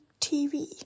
TV